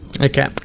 okay